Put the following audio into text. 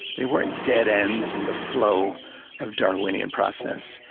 they weren't dead ends in the flow of darwinian process.